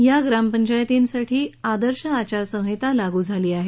या ग्राम पंचायतीसाठी आदर्श आचार संहिता लागू केली आहे